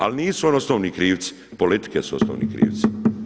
Ali nisu oni osnovni krivci, politike su osnovni krivci.